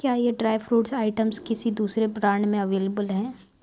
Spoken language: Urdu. کیا یہ ڈرائی فروٹس آئٹمس کسی دوسرے برانڈ میں اویلیبل ہیں